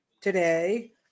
today